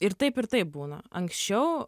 ir taip ir taip būna anksčiau